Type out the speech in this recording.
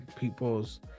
people's